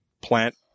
plant